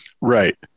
Right